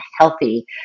healthy